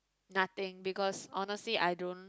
nothing because honestly I don't